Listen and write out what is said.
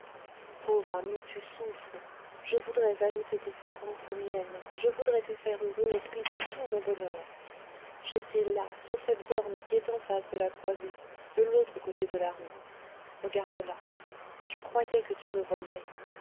pauvre ami tu souffres je voudrais ajouter tes souffrances aux miennes je voudrais te faire heureux au prix de tout mon bonheur j'étais là sur cette borne qui est en face de la croisée de l'autre côté de la rue regarde la je croyais que tu me voyais